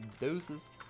doses